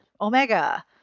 Omega